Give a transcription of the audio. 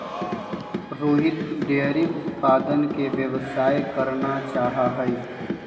Rohit dairy उत्पादन के व्यवसाय करना चाहा हई